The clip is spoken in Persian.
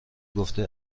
گفته